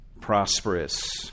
prosperous